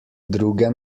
druge